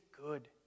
good